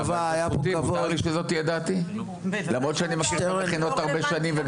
לבין מכינות.